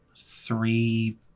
three